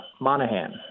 Monahan